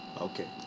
Okay